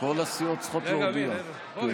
כל הסיעות צריכות להודיע, כן.